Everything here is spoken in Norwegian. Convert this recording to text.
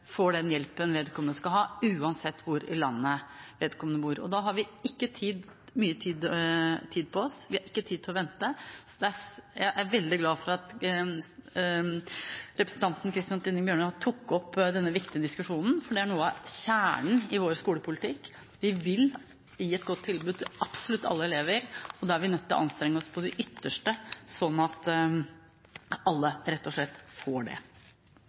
den hjelpen vedkommende skal ha, uansett hvor i landet vedkommende bor? Da har vi ikke mye tid på oss. Vi har ikke tid til å vente. Jeg er veldig glad for at representanten Christian Tynning Bjørnø tok opp denne viktige diskusjonen, for det er noe av kjernen i vår skolepolitikk. Vi vil gi et godt tilbud til absolutt alle elever, og da er vi nødt til å anstrenge oss til det ytterste sånn at alle rett og slett får det.